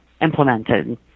implemented